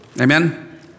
Amen